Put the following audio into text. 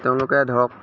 তেওঁলোকে ধৰক